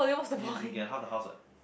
then after that you get half the house [what]